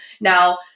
Now